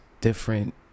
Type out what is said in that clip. different